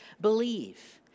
believe